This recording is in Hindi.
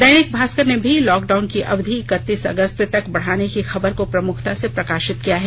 दैनिक भास्कर ने भी लॉकडाउन की अवधि एक्कतीस अगस्त तक बढ़ाने की खबर को प्रमुखता से प्रकाशित किया है